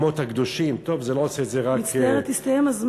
זה, וביקשו הקפאה שנייה, מזל שזה לא יצא לפועל.